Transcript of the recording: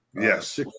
Yes